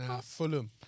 Fulham